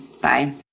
Bye